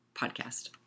podcast